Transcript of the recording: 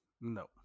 No